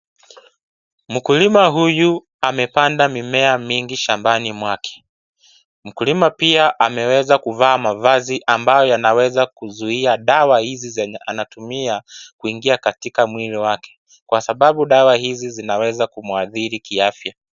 Mkulima huyu amepanda mimea mingi shambani mwake. Mkulima pia ameweza kuvaa mavazi ambayo yanaweza kuzuia dawa hizi zenye anatumia kuingia katika mwili wake kwa sababu dawa hizi zinaweza kumuadhiri kiafya.